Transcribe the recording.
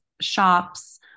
shops